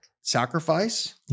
sacrifice